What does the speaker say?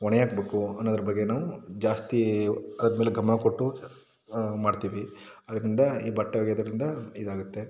ಹೊಣೆಯಾಕ್ಬೇಕು ಅನ್ನುವುದರ ಬಗ್ಗೆ ನಾವು ಜಾಸ್ತಿ ಅದು ಮೇಲೆ ಗಮನ ಕೊಟ್ಟು ಮಾಡ್ತೀವಿ ಅದರಿಂದ ಈ ಬಟ್ಟೆ ಒಗೆಯುವುದರಿಂದ ಇದಾಗುತ್ತೆ